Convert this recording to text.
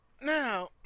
Now